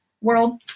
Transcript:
world